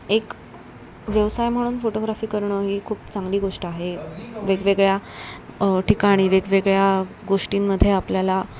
एक व्यवसाय म्हणून फोटोग्राफी करणं ही खूप चांगली गोष्ट आहे वेगवेगळ्या ठिकाणी वेगवेगळ्या गोष्टींमध्ये आपल्याला